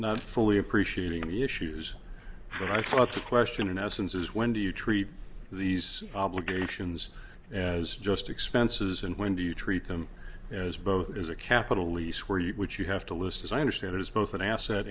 not fully appreciating the issues but i thought the question in essence is when do you treat these obligations as just expenses and when do you treat them as both as a capital league where you which you have to list as i understand it is both an asset